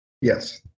Yes